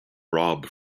rob